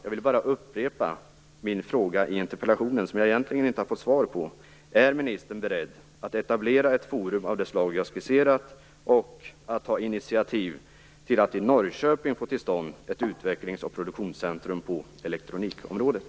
Jag vill bara upprepa min fråga i interpellationen, som jag egentligen inte har fått svar på: Är ministern beredd att etablera ett forum av det slag jag skisserat och att ta initiativ till att i Norrköping få till stånd ett utvecklings och produktionscentrum på elektronikområdet?